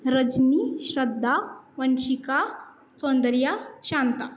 Rajani Shraddha Vanshika Soundarya Shanta